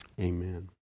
amen